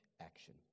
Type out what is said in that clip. action